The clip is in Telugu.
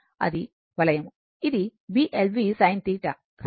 ఇది Bl v sin θ సరియైనది